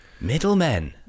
middlemen